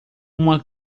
uma